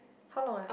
how long ah